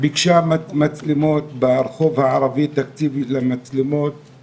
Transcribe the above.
ביקשה תקציב למצלמות ברחוב הערבי קיבלה.